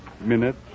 minute